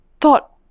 thought